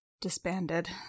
disbanded